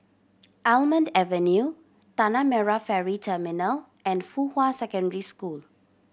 Almond Avenue Tanah Merah Ferry Terminal and Fuhua Secondary School